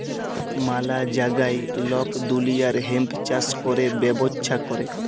ম্যালা জাগায় লক দুলিয়ার হেম্প চাষ ক্যরে ব্যবচ্ছা ক্যরে